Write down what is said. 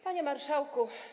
Panie Marszałku!